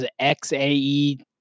XAE